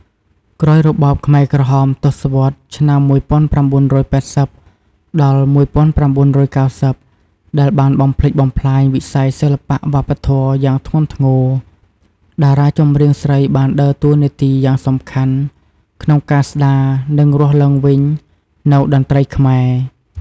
ក្រោយរបបខ្មែរក្រហម ទសវត្សរ៍ឆ្នាំ ១៩៨០ ដល់១៩៩០ ដែលបានបំផ្លិចបំផ្លាញវិស័យសិល្បៈវប្បធម៌យ៉ាងធ្ងន់ធ្ងរ តារាចម្រៀងស្រីបានដើរតួនាទីយ៉ាងសំខាន់ក្នុងការស្ដារ និងរស់ឡើងវិញនូវតន្ត្រីខ្មែរ។